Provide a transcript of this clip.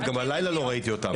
אגב, גם הלילה לא ראיתי אותם.